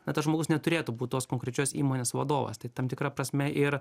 na tas žmogus neturėtų būt tos konkrečios įmonės vadovas tai tam tikra prasme ir